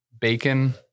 bacon